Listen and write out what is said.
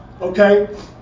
Okay